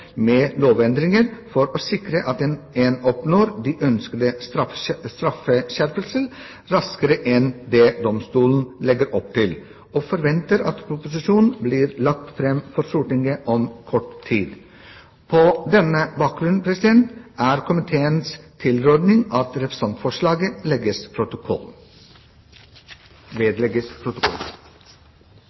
med lovendringer for å sikre at en oppnår de ønskede straffeskjerpelser raskere enn det domstolen legger opp til, og jeg forventer at proposisjonen blir lagt fram for Stortinget om kort tid. På denne bakgrunn er komiteens tilråding at representantforslaget vedlegges protokollen.